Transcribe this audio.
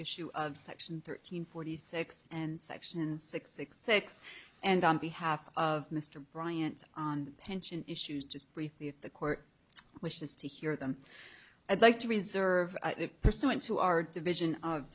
issue of section thirteen forty six and section six six six and on behalf of mr bryant on pension issues just briefly if the court wishes to hear them i'd like to reserve it pursuant to our division of